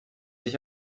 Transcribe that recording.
dich